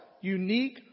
unique